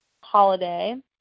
holiday